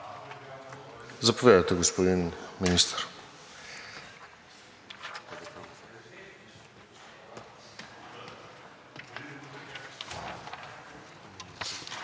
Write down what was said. Заповядайте, господин Министър.